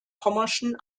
pommerschen